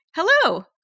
Hello